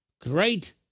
great